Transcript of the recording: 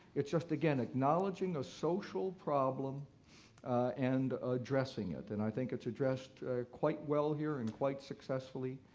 it's just again acknowledging a social problem and addressing it. and i think it's addressed quite well here and quite successfully.